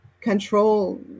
control